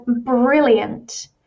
brilliant